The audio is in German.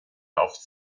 auf